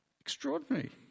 Extraordinary